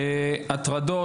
הטרדות,